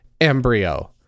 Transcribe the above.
embryo